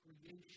creation